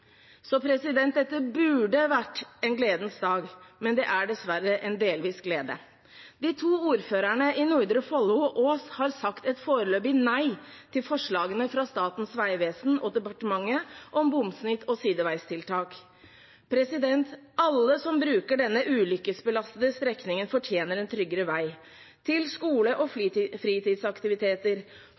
Så dette burde være en gledens dag, men det er dessverre en delvis glede. De to ordførerne i Nordre Follo og Ås har sagt et foreløpig nei til forslagene fra Statens vegvesen og departementet om bomsnitt og sideveistiltak. Alle som bruker denne ulykkesbelastede strekningen, fortjener en tryggere vei – til skole og fritidsaktiviteter,